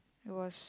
it was